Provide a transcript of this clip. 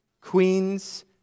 queens